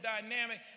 dynamic